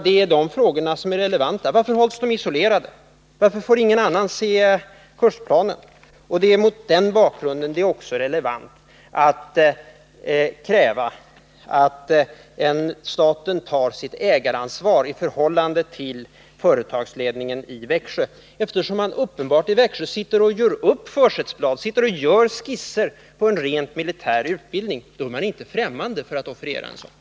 Det är de frågorna som är relevanta. Varför hålls de isolerade? Varför får ingen annan se kursplanen? — Mot den bakgrunden är det också motiverat att kräva att staten tar sitt ägaransvar i förhållande till företagsledningen i Växjö, eftersom man där uppenbarligen gör försättsblad, gör skisser på en ren militärutbildning. Och gör man det, då projekterar man en sådan utbildning.